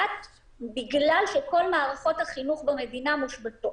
בגלל שכל מערכות החינוך במדינה מושבתות.